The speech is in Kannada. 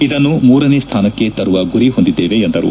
ಇದನ್ನು ಮೂರನೇ ಸ್ಟಾನಕ್ಕೆ ತರುವ ಗುರಿ ಹೊಂದಿದ್ದೇವೆ ಎಂದರು